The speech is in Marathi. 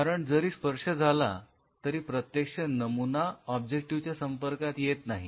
कारण जरी स्पर्श झाला तरी प्रत्यक्ष नमुना ऑब्जेक्टिव्ह च्या संपर्कात येत नाही